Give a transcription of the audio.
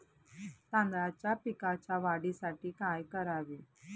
तांदळाच्या पिकाच्या वाढीसाठी काय करावे?